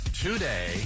today